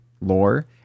lore